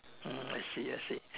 hmm I see I see